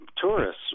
tourists